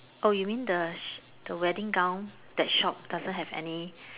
oh you mean the the wedding gown that shop doesn't have any